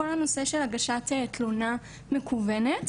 כל הנושא של הגשת תלונה מקוונת.